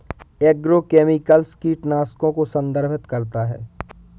agrochemicals कीटनाशकों को संदर्भित करता है